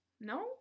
No